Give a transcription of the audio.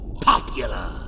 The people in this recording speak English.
popular